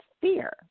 fear